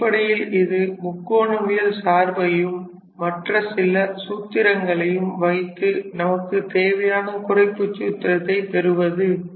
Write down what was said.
அடிப்படையில் இது முக்கோணவியல் சார்பையும் மற்றும் சில சூத்திரங்களையும் வைத்து நமக்குத் தேவையான குறைப்புச் சூத்திரத்தை பெறுவது